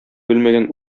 белмәгән